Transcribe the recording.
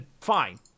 Fine